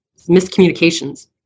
miscommunications